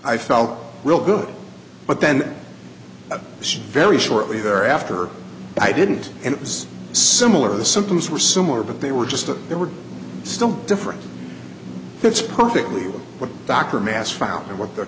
i felt real good but then very shortly thereafter i didn't and it was similar the symptoms were similar but they were just they were still different that's perfectly what backor mass found and what the